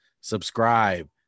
subscribe